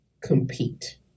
compete